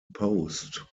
post